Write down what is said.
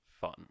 fun